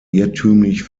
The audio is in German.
irrtümlich